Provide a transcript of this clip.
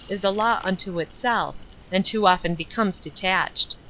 is a law unto itself and too often becomes de tached.